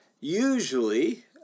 Usually